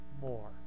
more